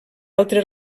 altre